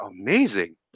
amazing